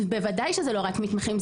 בוודאי שזה לא רק מתמחים,